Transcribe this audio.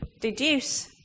deduce